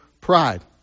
pride